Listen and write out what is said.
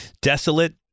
desolate